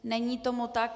Není tomu tak.